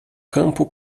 campo